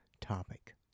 topic